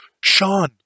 Sean